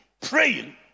praying